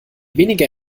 weniger